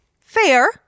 fair